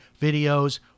videos